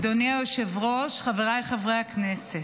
אדוני היושב-ראש, חבריי חברי הכנסת,